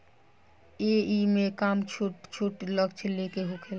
एईमे काम छोट छोट लक्ष्य ले के होखेला